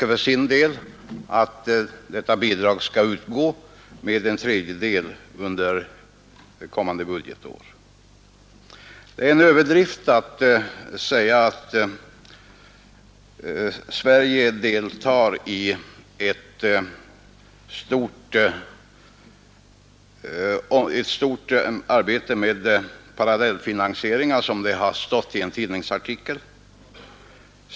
Utskottet tillstyrker att detta bidrag skall utgå med en tredjedel under det kommande budgetåret. Det är en överdrift att säga att Sverige deltar i ett stort arbete med parallellfinansiering, som det har stått i en tidningsartikel.